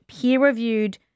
peer-reviewed